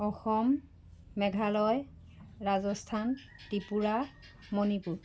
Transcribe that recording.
Assam Meghalaya Rajasthan Tripura Manipur